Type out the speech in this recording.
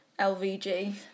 LVG